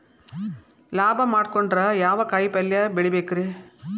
ಲಾಭ ಮಾಡಕೊಂಡ್ರ ಯಾವ ಕಾಯಿಪಲ್ಯ ಬೆಳಿಬೇಕ್ರೇ?